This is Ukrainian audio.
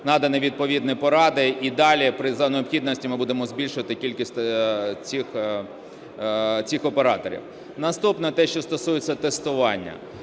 надані відповідні поради, і далі за необхідністю ми будемо збільшувати кількість цих операторів. Наступне, те, що стосується тестування.